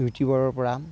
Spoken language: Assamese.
ইউটিউবৰপৰা